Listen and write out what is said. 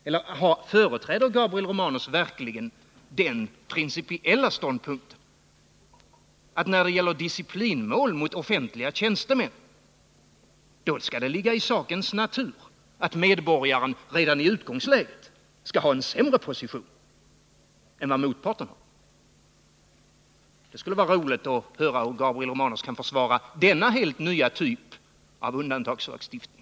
Eller företräder Gabriel Romanus verkligen den principiella ståndpunkten att det när det gäller disciplinmål mot offentliga tjänstemän skall ligga i sakens natur att medborgaren redan i utgångsläget skall ha en sämre position än vad motparten har? Det skulle vara roligt att höra om Gabriel Romanus kan försvara denna helt nya typ av undantagslagstiftning.